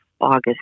August